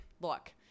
Look